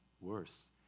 Worse